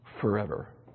Forever